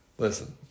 Listen